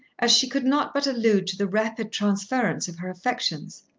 as she could not but allude to the rapid transference of her affections.